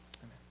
amen